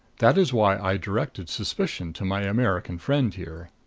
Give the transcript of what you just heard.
that is why i directed suspicion to my american friend here.